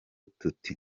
tuti